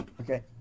Okay